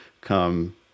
come